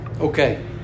Okay